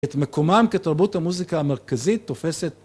את מקומם כתרבות המוזיקה המרכזית תופסת